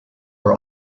were